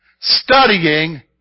studying